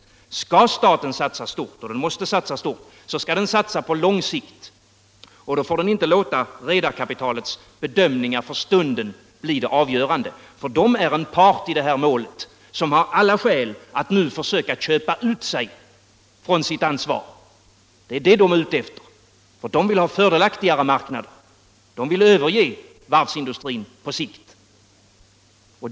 Skall staten satsa stort — och det är nödvändigt — skall man satsa på lång sikt och då får man inte låta redarkapitalets bedömningar för stunden bli avgörande. Redarkapitalet är en part i detta mål som har alla skäl att nu försöka köpa ut sig från sitt ansvar. Det är det redarna är ute efter. De vill ha fördelaktigare marknad. De vill överge varvsindustrin på sikt.